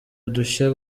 udushya